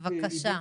בבקשה.